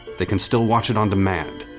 they can still watch it on demand,